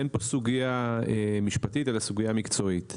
אין פה סוגיה משפטית אלא סוגיה מקצועית.